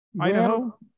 Idaho